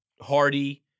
Hardy